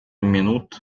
минут